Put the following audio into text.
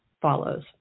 follows